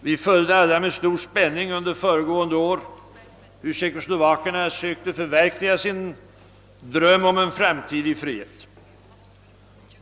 Vi följde alla med stor spänning hur tjeckoslovakerna förra året försökte förverkliga sin dröm om en framtid i frihet.